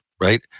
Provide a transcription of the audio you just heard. right